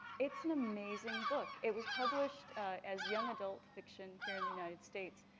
it's an amazing book. it was published as young adult fiction here in the united states.